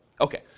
Okay